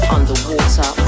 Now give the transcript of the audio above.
Underwater